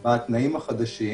בתנאים החדשים,